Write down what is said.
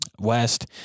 west